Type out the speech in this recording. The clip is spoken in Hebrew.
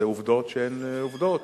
זה עובדות שהן עובדות.